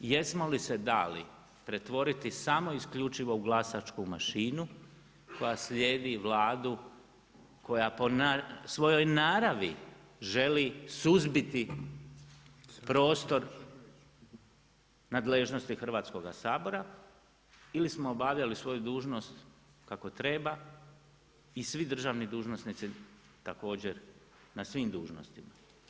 Jesmo li se dali pretvoriti samo isključivo u glasačku mašinu koja slijedi Vladu koja po svojoj naravi želi suzbiti prostor nadležnosti Hrvatskoga sabora ili smo obavljali svoju dužnost kako treba i svi državni dužnosnici također na svim dužnostima.